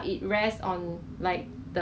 yes actually got add honey